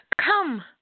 come